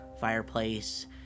fireplace